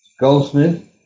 Goldsmith